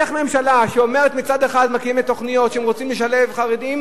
איך ממשלה שמצד אחד אומרת שרוצים לשלב חרדים,